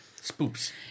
Spoops